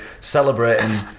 celebrating